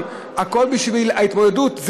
הכול בשביל ההתמודדות,